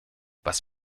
was